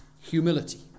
humility